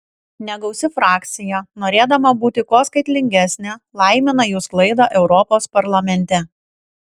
negausi frakcija norėdama būti kuo skaitlingesnė laimina jų sklaidą europos parlamente